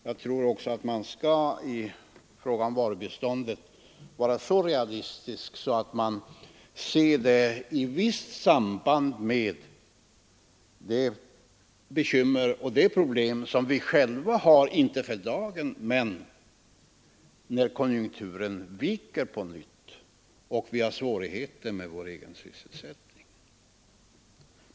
Jag tror att man i fråga om varubiståndet skall vara så realistisk att man ser det i visst samband med de bekymmer och problem som vi själva har, inte för dagen men när konjunkturen på nytt viker och vi får svårigheter med vår egen sysselsättning.